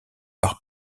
par